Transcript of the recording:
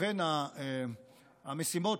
ובכן, המשימות,